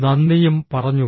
നന്ദിയും പറഞ്ഞു